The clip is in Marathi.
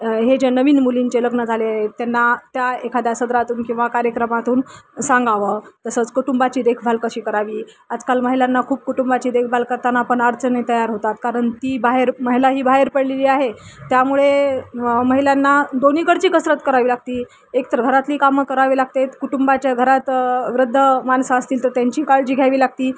हे जे नवीन मुलींचे लग्न झाले त्यांना त्या एखाद्या सदरातून किंवा कार्यक्रमातून सांगावं तसंच कुटुंबाची देखभाल कशी करावी आजकाल महिलांना खूप कुटुंबाची देखभाल करताना पण अडचणी तयार होतात कारण ती बाहेर महिला ही बाहेर पडलेली आहे त्यामुळे महिलांना दोन्हीकडची कसरत करावी लागती एकतर घरातली कामं करावी लागते कुटुंबाच्या घरात वृद्ध माणसं असतील तर त्यांची काळजी घ्यावी लागते